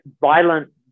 violent